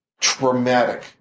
Traumatic